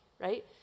right